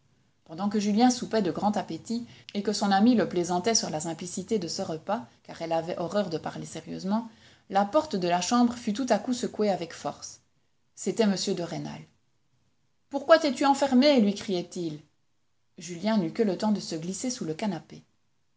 pendant que julien soupait de grand appétit et que son amie le plaisantait sur la simplicité de ce repas car elle avait horreur de parler sérieusement la porte de la chambre fut tout à coup secouée avec force c'était m de rênal pourquoi t'es-tu enfermée lui criait-il julien n'eut que le temps de se glisser sous le canapé